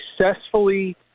successfully